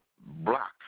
block